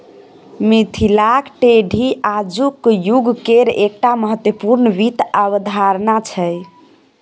मिथिलाक ढेकी आजुक युगकेर एकटा महत्वपूर्ण वित्त अवधारणा छै